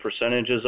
percentages